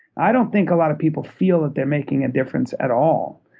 i don't think a lot of people feel that they're making a difference at all,